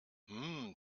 hmm